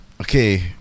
Okay